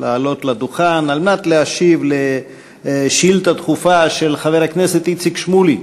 לעלות לדוכן כדי להשיב על שאילתה דחופה של חבר הכנסת איציק שמולי.